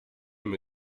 him